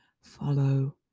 follow